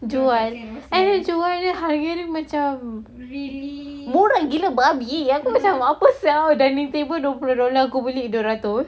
jual and then jual dia harga macam murah gila babi yang itu macam apa seh dining table dua puluh aku beli dua ratus